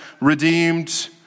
redeemed